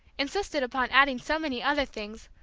insisted upon adding so many other things,